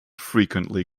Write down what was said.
frequently